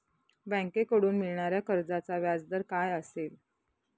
बँकेकडून मिळणाऱ्या कर्जाचा व्याजदर काय असेल?